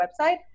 website